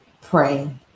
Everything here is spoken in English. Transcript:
pray